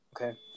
okay